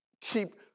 keep